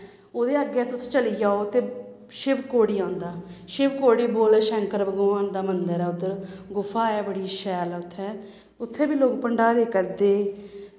ओह्दे अग्गें तुस चली जाओ ते शिवखोड़ी औंदा शिवखोड़ी भोले शंकर भगवान दा मन्दर ऐ उद्धर गुफा ऐ बड़ी शैल उत्थे उत्थें बी लोग भंडारे करदे